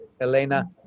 elena